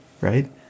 right